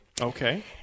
Okay